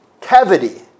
cavity